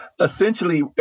Essentially